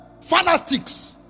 fanatics